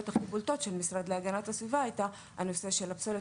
הבולטת של המשרד להגנת הסביבה הייתה הנושא של הפסולת,